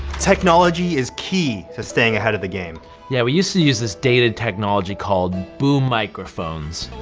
technology is key to staying ahead of the game yeah we used to use this dated technology called boom microphones.